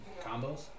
combos